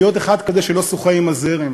להיות אחד כזה שלא שוחה עם הזרם,